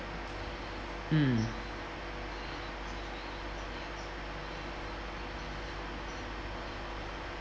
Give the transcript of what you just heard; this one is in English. mm